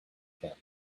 camp